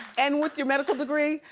and with your medical degree,